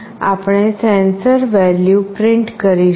આપણે sensor value print કરીશું